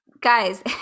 guys